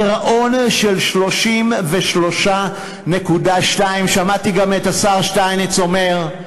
גירעון של 33.2. שמעתי גם את השר שטייניץ אומר,